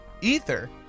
Ether